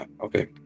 okay